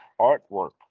artwork